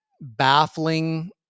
baffling